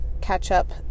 catch-up